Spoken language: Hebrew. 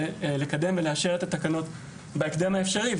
לקדם ולאשר אותן בהקדם האפשרי.